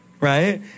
right